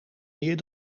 meer